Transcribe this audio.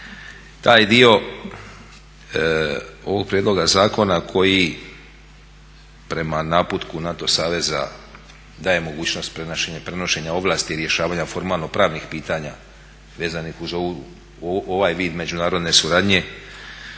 taj dio ovog prijedloga zakona koji prema naputku NATO saveza daje mogućnost prenošenja ovlasti i rješavanja formalnopravnih pitanja vezanih uz ovaj vid međunarodne suradnje